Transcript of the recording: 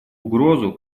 угрозу